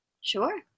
Sure